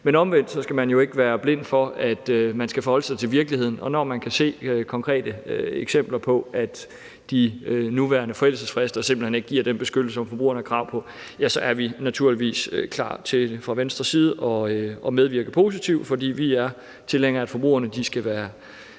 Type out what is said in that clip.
Men omvendt skal man jo ikke være blind for, at man skal forholde sig til virkeligheden, og når man kan se konkrete eksempler på, at de nuværende forældelsesfrister simpelt hen ikke giver den beskyttelse, som forbrugerne har krav på, så er vi naturligvis fra Venstres side klar til at medvirke positivt, for vi er tilhængere af, at forbrugerne skal have en